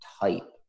type